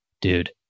dude